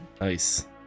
Nice